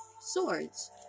swords